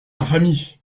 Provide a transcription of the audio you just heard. infamie